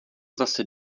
zase